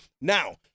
Now